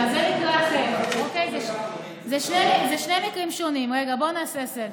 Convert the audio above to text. זה מקרה אחר, אלה שני מקרים שונים, בוא נעשה סדר.